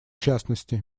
частности